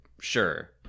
sure